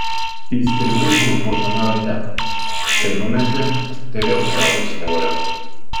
įstrigai užburtame rate tai numeti tai vėl priaugi svorio